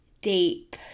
deep